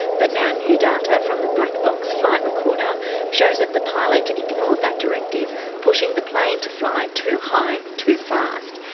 but now new data from the black box flight recorder shows that the pilot ignored that directive, pushing the plane to fly too high, too fast,